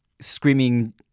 screaming –